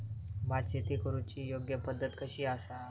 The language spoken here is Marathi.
भात शेती करुची योग्य पद्धत कशी आसा?